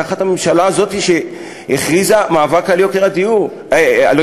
תחת הממשלה הזאת שהכריזה מאבק על יוקר המחיה,